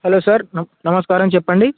hello sir నమస్కారం చెప్పండి